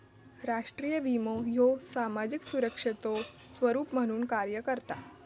राष्ट्रीय विमो ह्यो सामाजिक सुरक्षेचो स्वरूप म्हणून कार्य करता